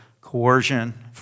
coercion